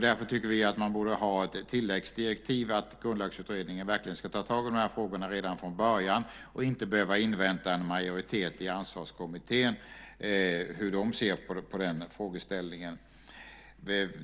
Därför tycker vi att man borde har ett tilläggsdirektiv, att Grundlagsutredningen verkligen ska ta tag i de här frågorna redan från början utan att behöva invänta hur en majoritet i Ansvarskommittén ser på frågan.